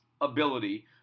ability